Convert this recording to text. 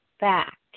back